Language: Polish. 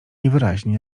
niewyraźnie